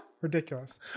Ridiculous